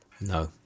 No